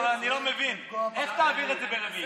יואב, אבל אני לא מבין, איך תעביר את זה ברביעי?